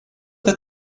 that